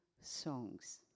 songs